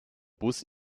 bus